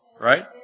Right